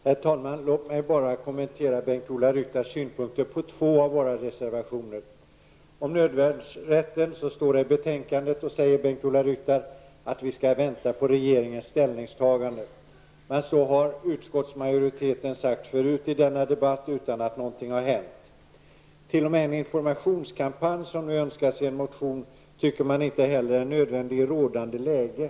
Herr talman! Låt mig bara kommentera Bengt-Ola Ryttars synpunkter på två av våra reservationer. Om nödvärnsrätten står det i betänkandet och säger Bengt-Ola Ryttar att vi skall vänta på regeringens ställningstagande. Så har utskottsmajoriteten sagt förut i denna debatt utan att något har hänt. T.o.m. en informationskampanj, som vi föreslår i en motion, tycker utskottsmajoriteten är onödig i rådande läge.